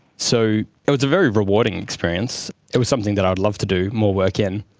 so it was a very rewarding experience, it was something that i would love to do more work in.